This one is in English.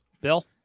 Bill